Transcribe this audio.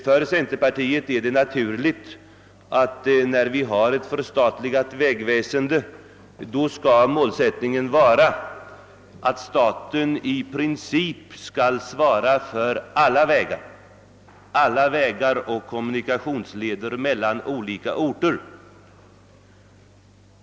För centerpartiet är det naturligt att målsättningen med ett förstatligat vägväsende skall vara att staten i prin cip skall svara för alla vägar och kommunikationsleder mellan olika orter.